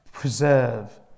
Preserve